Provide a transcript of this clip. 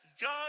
God